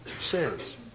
says